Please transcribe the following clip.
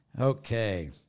okay